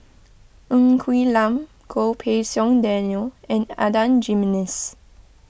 Ng Quee Lam Goh Pei Siong Daniel and Adan Jimenez